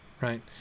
right